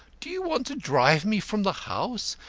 do you want to drive me from the house?